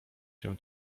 się